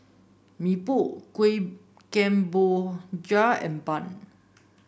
Mee Pok Kuih Kemboja and bun